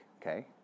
okay